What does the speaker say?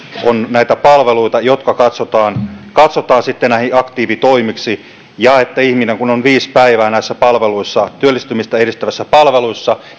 on näitä palveluita jotka katsotaan katsotaan aktiivitoimiksi eli kun ihminen on viisi päivää näissä työllistymistä edistävissä palveluissa